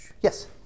Yes